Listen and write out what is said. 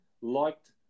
liked